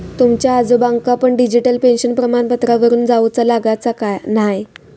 तुमच्या आजोबांका पण डिजिटल पेन्शन प्रमाणपत्रावरून जाउचा लागाचा न्हाय